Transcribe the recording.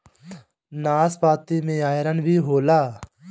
नाशपाती में आयरन भी होला